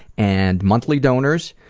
and monthly donors,